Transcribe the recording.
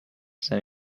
than